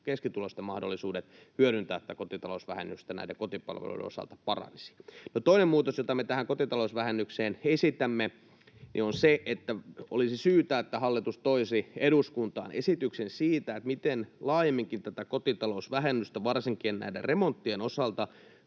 keskituloisten mahdollisuudet hyödyntää tätä kotitalousvähennystä näiden kotipalveluiden osalta paranisi. No, toinen muutos, jota me tähän kotitalousvähennykseen esitämme, on se, että olisi syytä, että hallitus toisi eduskuntaan esityksen siitä, miten laajemminkin tätä kotitalousvähennystä varsinkin remonttien osalta